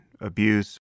abuse